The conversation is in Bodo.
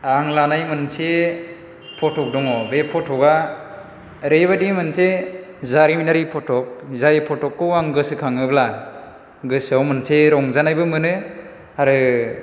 आं लानाय मोनसे फटक दङ बे फटकया ओरैबायदि मोनसे जारिमिनारि फटक जाय फट'खौ आं गोसो खाङोब्ला गोसोयाव मोनसे रंजानायबो मोनो आरो